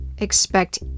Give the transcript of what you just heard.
expect